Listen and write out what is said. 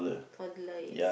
toddler yes